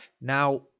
Now